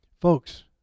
Folks